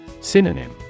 Synonym